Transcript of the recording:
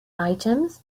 items